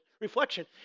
reflection